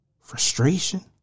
frustration